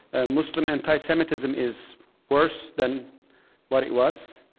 ah muslim anti-semitism is worse than what it was,